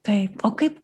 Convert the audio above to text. taip o kaip